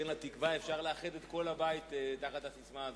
כן לתקווה" אפשר לאחד את כל הבית תחת הססמה הזאת,